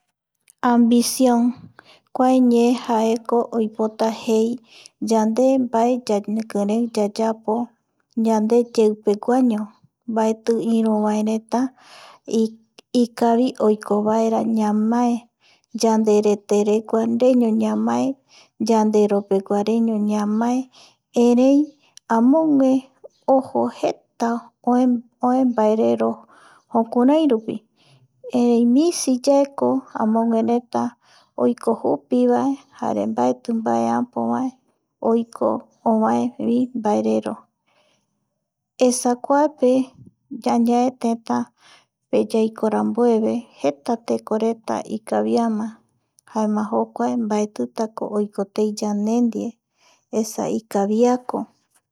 Ambición kuae ñee jaeko oipota jei yande mbae ñanekirei yayapo yandeyeipeguaño, mbaeti iru vaereta ikavi oiko vaera ñamae, yanderetereguaño ñamae yanderopeguareño ñamae, erei amogue jeta oe mbaerero jukurai rupi, erei misiyaeko amoguereta oiko jupivae jare mbaeti mbae apo oikovae ovae vi mbaerero, esa kuape tetape yaiko rambueve jeta tekoreta ikaviama jaema jokuae mbaetitako oiko tei yandendie esa ikaviako.